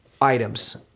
items